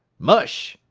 mush!